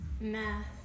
Math